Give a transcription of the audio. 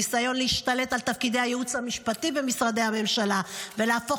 ניסיון להשתלט על תפקידי הייעוץ המשפטי במשרדי הממשלה ולהפוך